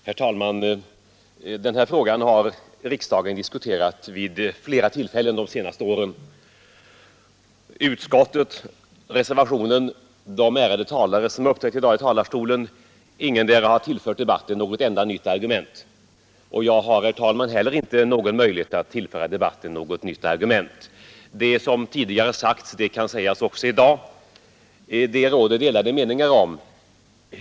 Herr talman! Den här frågan har riksdagen diskuterat vid flera tillfällen under de senaste åren. Varken utskottet eller de ärade talare bland reservanterna som uppträtt i dag har tillfört debatten ett enda nytt argument, och jag, herr talman, har inte heller någon möjlighet att tillföra debatten något nytt argument. Det som tidigare sagts kan sägas också i dag.